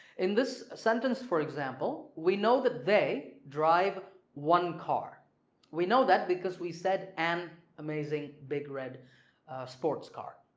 in this sentence, for example, we know that they drive one car we know that because we said an amazing big red sports car.